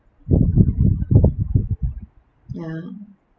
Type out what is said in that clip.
ya